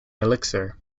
elixir